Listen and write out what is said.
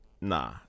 nah